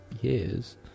years